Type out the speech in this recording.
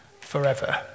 forever